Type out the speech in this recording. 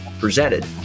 presented